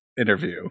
interview